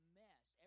mess